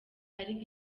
ariko